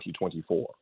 2024